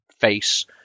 face